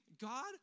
God